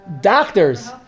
Doctors